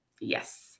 Yes